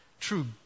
true